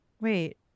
wait